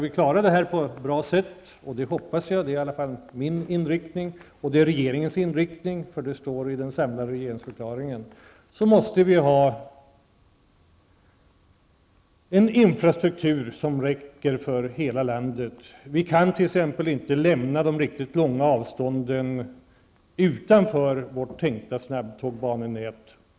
Min och regeringens inriktning -- och det står också i den samlade regeringsförklaringen -- är att vi skall klara det här på ett bra sätt, men då måste vi ha en infrastruktur som omfattar hela landet. Vi kan t.ex inte lämna de riktigt långa avstånden utanför vårt planerade snabbtågsnät.